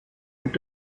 mit